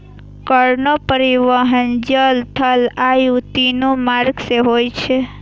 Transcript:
cargo परिवहन जल, थल आ वायु, तीनू मार्ग सं होय छै